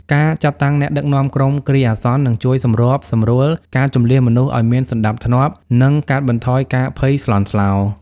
ការចាត់តាំង អ្នកដឹកនាំក្រុមគ្រាអាសន្ន នឹងជួយសម្របសម្រួលការជម្លៀសមនុស្សឱ្យមានសណ្ដាប់ធ្នាប់ និងកាត់បន្ថយការភ័យស្លន់ស្លោ។